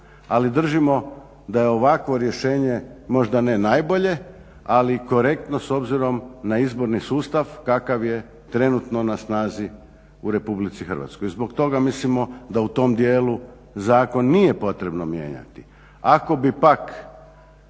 ali držimo da je ovakvo rješenje, možda ne najbolje, ali korektno s obzirom na izborni sustav kakav je trenutno na snazi u RH. Zbog toga mislimo da u tom dijelu zakon nije potrebno mijenjati.